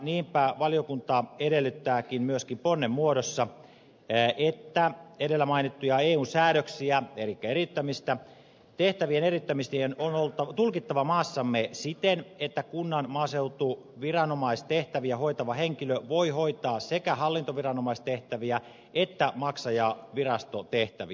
niinpä valiokunta edellyttää myöskin ponnen muodossa että edellä mainittuja eun säädöksiä eli tehtävien eriyttämistä on tulkittava maassamme siten että kunnan maaseutuviranomaistehtäviä hoitava henkilö voi hoitaa sekä hallintoviranomaistehtäviä että maksajavirastotehtäviä